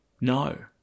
No